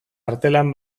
artelan